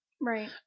Right